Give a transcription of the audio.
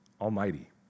Almighty